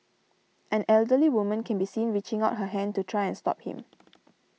an elderly woman can be seen reaching out her hand to try and stop him